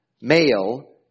male